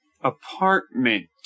apartment